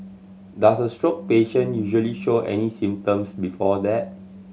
does a stroke patient usually show any symptoms before that